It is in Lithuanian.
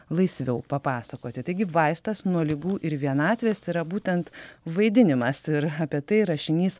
laisviau papasakoti taigi vaistas nuo ligų ir vienatvės yra būtent vaidinimas ir apie tai rašinys